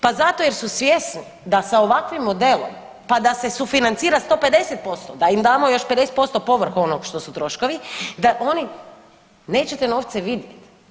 Pa zato jer su svjesni da sa ovakvim modelom, pa da se sufinancira 150%, da im damo još 50% povrh onog što su troškovi, da oni neće te novce vidjeti.